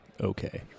okay